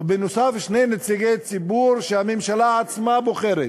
ונוסף עליהם שני נציגי ציבור שהממשלה עצמה בוחרת.